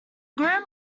groom